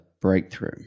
breakthrough